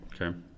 Okay